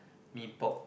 Mee-Pok